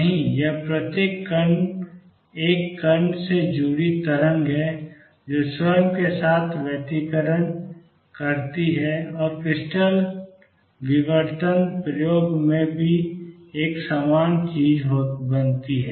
नहीं यह प्रत्येक कण एक कण से जुड़ी तरंग है जो स्वयं के साथ व्यतिकरण करती है और क्रिस्टल विवर्तन प्रयोग में भी एक समान चीज बनाती है